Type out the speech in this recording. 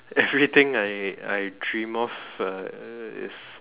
everything I I dream of uh is